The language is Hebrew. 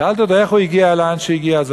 שאלתי אותו איך הוא הגיע לאן שהוא הגיע.